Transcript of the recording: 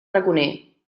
raconer